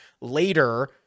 later